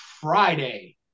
Friday